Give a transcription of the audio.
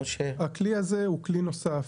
הכלי הזה הוא כלי נוסף,